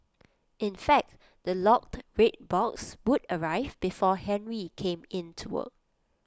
in fact the locked red box would arrive before Henry came in to work